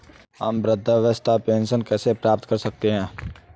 हम वृद्धावस्था पेंशन कैसे प्राप्त कर सकते हैं?